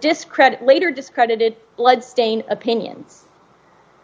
discredit later discredited bloodstain opinions